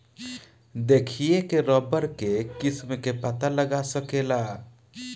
देखिए के रबड़ के किस्म के पता लगा सकेला